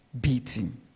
beating